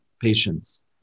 patients